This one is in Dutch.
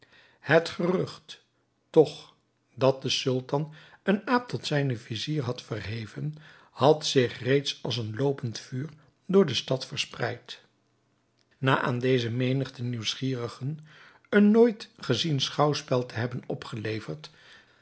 het gerucht toch dat de sultan een aap tot zijnen vizier had verheven had zich reeds als een loopend vuur door de stad verspreid na aan deze menigte nieuwsgierigen een nooit gezien schouwspel te hebben opgeleverd